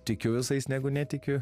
tikiu visais negu netikiu